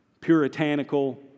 puritanical